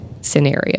scenario